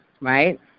right